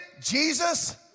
Jesus